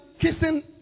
kissing